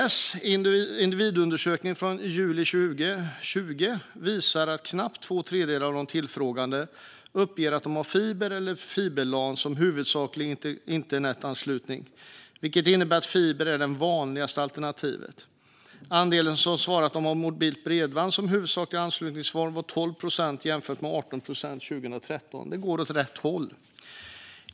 PTS individundersökning från juli 2020 visar att knappt två tredjedelar av de tillfrågade uppger att de har fiber eller fiber-LAN som huvudsaklig internetanslutning, vilket innebär att fiber är det vanligaste alternativet. Andelen som svarar att de har mobilt bredband som huvudsaklig anslutningsform var 12 procent, jämfört med 18 procent 2013. Det går åt rätt håll.